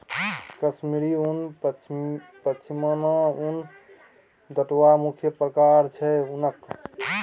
कश्मीरी उन, पश्मिना उन दु टा मुख्य प्रकार छै उनक